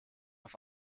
auf